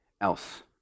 else